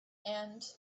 and